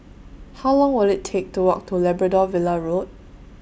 How Long Will IT Take to Walk to Labrador Villa Road